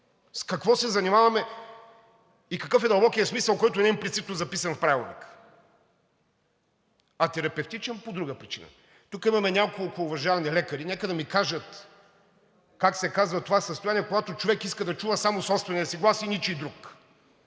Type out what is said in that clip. с какво се занимаваме и какъв е дълбокият смисъл, който не е принципно записан в Правилника. А терапевтичен по друга причина. Тук имаме няколко уважавани лекари, нека да ми кажат как се казва това състояние, когато човек иска да чува само собствения си глас и ничий друг.